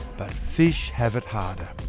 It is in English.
but fish have it harder.